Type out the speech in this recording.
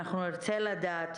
נרצה לדעת,